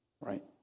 right